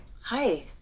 Hi